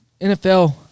NFL